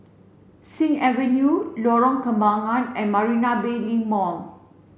Sing Avenue Lorong Kembangan and Marina Bay Link Mall